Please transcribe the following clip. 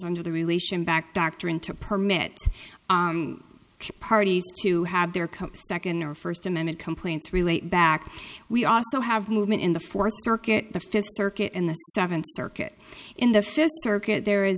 under the relation back doctrine to permit parties to have their come second or first amendment complaints relate back we also have movement in the fourth circuit the fifth circuit in the seventh circuit in the fifth circuit there